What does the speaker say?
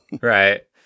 Right